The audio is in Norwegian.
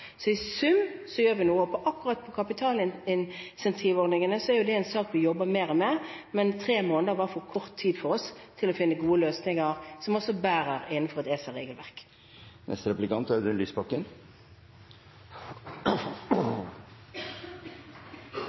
Så i sum gjør vi noe. Akkurat kapitalincentivordningene er en sak vi jobber mer med, men tre måneder var for kort tid for oss til å finne gode løsninger som også bærer innenfor et